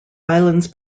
islands